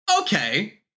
okay